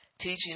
teaching